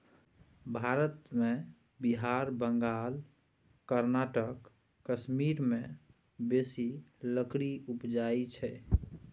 भारत मे बिहार, बंगाल, कर्नाटक, कश्मीर मे बेसी लकड़ी उपजइ छै